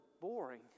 boring